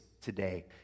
today